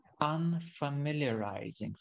unfamiliarizing